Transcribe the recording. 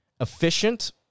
efficient